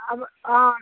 অ